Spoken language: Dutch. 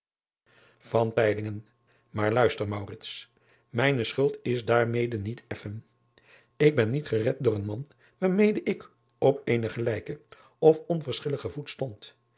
aar luister ijne schuld is daarmede niet effen k ben niet gered door een man waarmede ik op eenen gelijken of onverschilligen voet stond